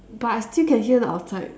but I still can hear the outside